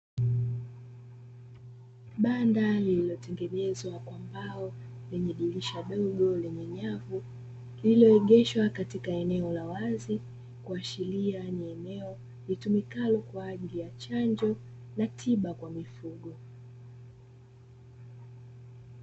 Banda lililotengenezwa kwa mbao lenye dirisha dogo lenye nyavu lililoegeshwa katika eneo la wazi kuashiria ni eneo litumikalo kwa ajili ya chanjo na tiba kwa mifugo.